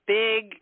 big